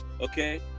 okay